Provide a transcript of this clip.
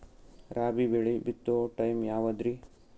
ರಾಬಿ ಬೆಳಿ ಬಿತ್ತೋ ಟೈಮ್ ಯಾವದ್ರಿ?